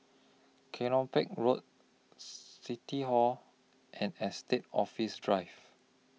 Kelopak Road City Hall and Estate Office Drive